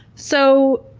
so,